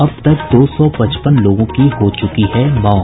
अब तक दो सौ पचपन लोगों की हो चुकी है मौत